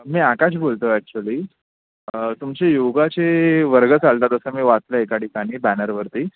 मी आकाश बोलतो ॲक्च्युली तुमचे योगाचे वर्ग चालतात असं मी वाचलं एका ठिकाणी बॅनरवरती